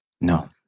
No